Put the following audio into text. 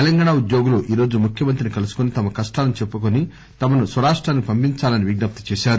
తెలంగాణ ఉద్యోగులు ఈరోజు ముఖ్యమంత్రిని కలుసుకుని తమ కష్టాలను చెప్పుకుని తమను స్వరాష్టానికి పంపించాలని విజ్ఞప్తి చేశారు